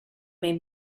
made